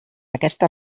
aquesta